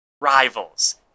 rivals